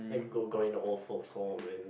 like go going to old folks home and